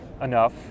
enough